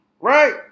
Right